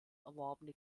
erworbene